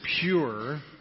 pure